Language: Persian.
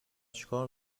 چیکار